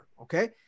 Okay